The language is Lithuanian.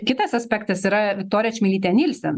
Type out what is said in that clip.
kitas aspektas yra viktorija čmilytė nilsen